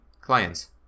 clients